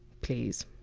please